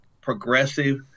progressive